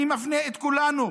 אני מפנה את כולנו